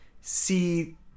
see